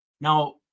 Now